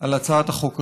על הצעת החוק הזאת.